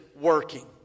working